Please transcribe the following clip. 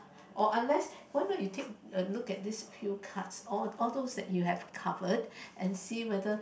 or unless why not you take a look at these Q cards all all those that you have covered and see whether